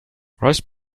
rice